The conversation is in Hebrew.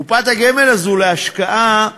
קופת הגמל הזו להשקעה,